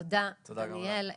תודה דניאל.